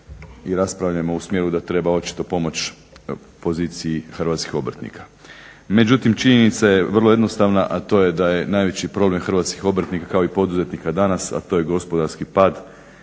i raspravljamo u smjeru da treba očito pomoći poziciji hrvatskih obrtnika. Međutim činjenica je vrlo jednostavna, a to je da je najveći problem hrvatskih obrtnika, kao i poduzetnika danas, a to je gospodarski pad